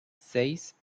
seis